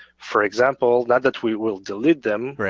for example, not that we will delete them,